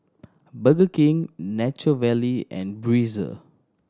Burger King Nature Valley and Breezer